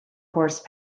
horse